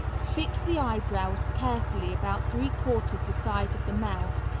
fix the eyebrows carefully about three-quarters the size of the mouth,